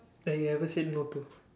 like you have ever said no to